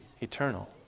eternal